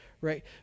right